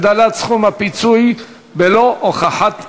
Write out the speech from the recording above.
הגדלת סכום הפיצוי בלא הוכחת נזק),